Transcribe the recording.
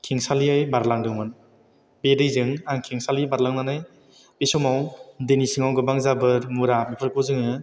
खेंसालियायै बारलांदोंमोन बे दैजों आं खेंसालियै बारलांनानै बे समाव दैनि सिङाव गोबां जाबोर मुरा बेफोरखौ जोङो